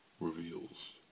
reveals